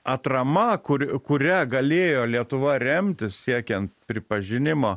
atrama kur kuria galėjo lietuva remtis siekiant pripažinimo